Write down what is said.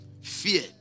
Fear